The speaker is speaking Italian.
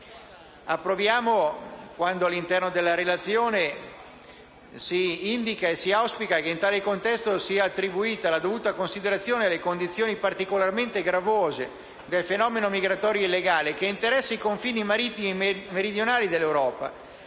Approviamo quando, all'interno della relazione, si indica e si auspica che in tale contesto sia attribuita la dovuta considerazione alle condizioni particolarmente gravose del fenomeno migratorio illegale, che interessa i confini marittimi meridionali dell'Europa